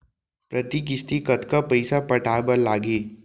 प्रति किस्ती कतका पइसा पटाये बर लागही?